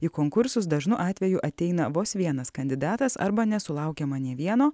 į konkursus dažnu atveju ateina vos vienas kandidatas arba nesulaukiama nė vieno